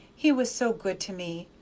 he was so good to me!